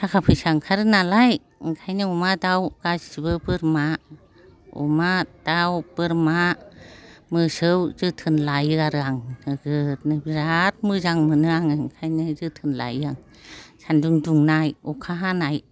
थाखा फैसा ओंखारो नालाय ओंखायनो अमा दाउ गासैबो बोरमा अमा दाउ बोरमा मोसौ जोथोन लायो आरो आं बिराद मोजां मोनो आङो ओंखायनो जोथोन लायो आं सान्दुं दुंनाय अखा हानाय